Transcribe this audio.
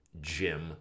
Jim